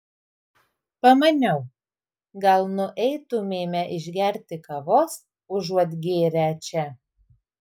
pamaniau gal nueitumėme išgerti kavos užuot gėrę čia